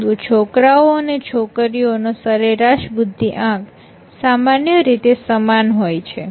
પરંતુ છોકરાઓ અને છોકરીઓ નો સરેરાશ બુદ્ધિઆંક સામાન્ય રીતે સમાન હોય છે